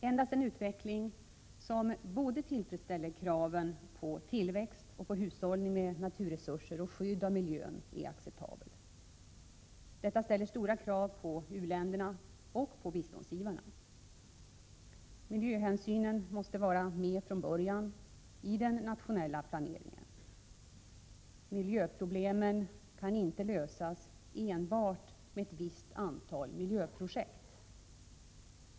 Endast en utveckling som tillfredsställer kraven både på tillväxt och på hushållning med naturresurser och skydd av miljön är acceptabel. Detta ställer stora krav på u-länderna och på biståndsgivarna. Miljöhänsynen måste vara med från början i den nationella planeringen. Miljöproblemen kan inte lösas enbart med ett visst antal miljöprojekt.